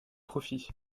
profits